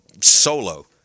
solo